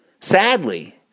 Sadly